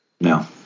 No